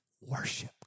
worship